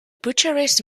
bucharest